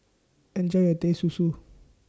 Enjoy your Teh Susu